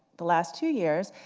the last two years,